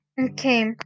Okay